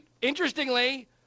interestingly